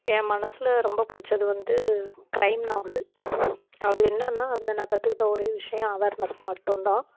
என் மனசில் ரொம்ப பிடிச்சது வந்து கிரைம் நாவல் அது என்னென்னா அதில் நான் கற்றுக்கிட்ட ஒரே விஷயம் அவேர்னெஸ் மட்டும் தான்